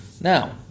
Now